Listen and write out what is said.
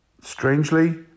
Strangely